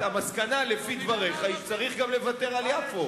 המסקנה לפי דבריך היא שצריך לוותר גם על יפו.